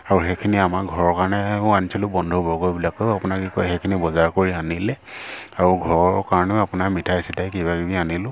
আৰু সেইখিনি আমাৰ ঘৰৰ কাৰণেও আনিছিলোঁ বন্ধুবৰ্গবিলাকেও আপোনাৰ কি কয় সেইখিনি বজাৰ কৰি আনিলে আৰু ঘৰৰ কাৰণেও আপোনাৰ মিঠাই চিঠাই কিবা কিবি আনিলোঁ